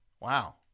Wow